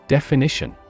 Definition